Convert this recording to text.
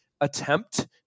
attempt